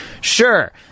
Sure